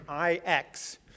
IX